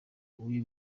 uyu